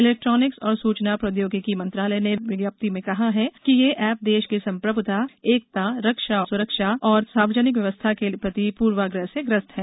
electronics और सूचना प्रौद्योगिकी मंत्रालय ने विज्ञप्ति में कहा है कि ये एप देश की संप्रभुता एकता रक्षा और सुरक्षा और सार्वजनिक व्यवस्था के प्रति पूर्वाग्रह से ग्रस्त हैं